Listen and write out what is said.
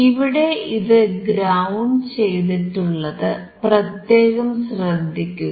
ഇവിടെ ഇത് ഗ്രൌണ്ട് ചെയ്തിട്ടുള്ളത് പ്രത്യേകം ശ്രദ്ധിക്കുക